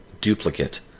duplicate